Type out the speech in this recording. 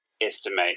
Estimate